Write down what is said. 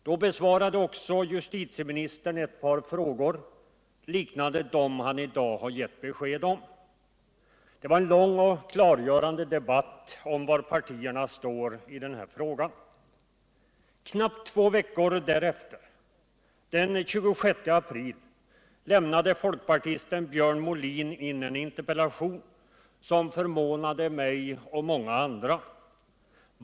Då svarade också justitieministern på ett par frågor liknande dem han i dag har gett besked om. Det var en lång och klargörande debatt om var partierna står i denna fråga. Knappt två veckor därefter — den 26 april — lämnade folkpartisten Björn Molin in en interpellation, som förvånade mig och många andra.